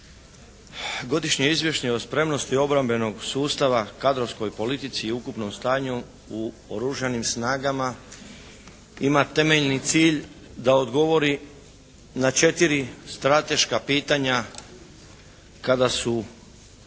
Godišnje izvješće o spremnosti obrambenog sustava kadrovskoj politici i ukupnom stanju u oružanim snagama ima temeljni cilj da odgovori na četiri strateška pitanja kada je u